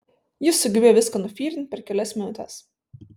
jis sugebėjo viską nufyrint per kelias minutes